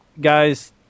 guys